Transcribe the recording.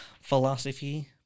Philosophy